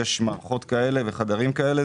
מערכות כאלה וחדרים כאלה.